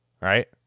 Right